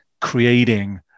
creating